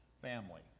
family